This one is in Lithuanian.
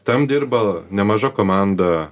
tam dirba nemaža komanda